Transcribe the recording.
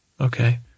Okay